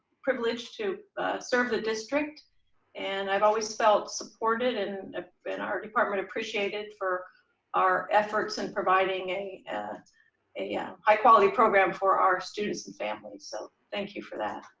privileged to serve the district and i've always felt supported and ah our department appreciated for our efforts in providing a and a yeah high quality program for our students and families. so thank you for that.